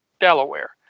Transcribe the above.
delaware